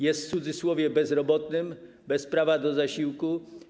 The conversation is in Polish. Jest w cudzysłowie bezrobotnym, bez prawa do zasiłku.